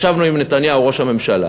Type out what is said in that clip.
ישבנו עם נתניהו, ראש הממשלה,